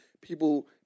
people